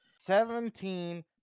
seventeen